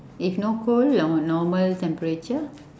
if no cold no~ normal temperature